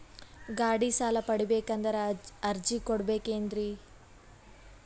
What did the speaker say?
ಗಾಡಿ ಸಾಲ ಪಡಿಬೇಕಂದರ ಅರ್ಜಿ ಕೊಡಬೇಕೆನ್ರಿ?